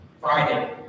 Friday